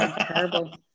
terrible